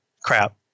crap